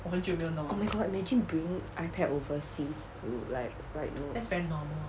oh my god imagine bringing ipad overseas to like write notes